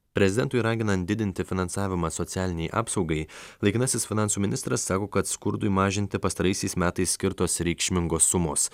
prezidentui raginant didinti finansavimą socialinei apsaugai laikinasis finansų ministras sako kad skurdui mažinti pastaraisiais metais skirtos reikšmingos sumos